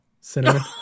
cinnamon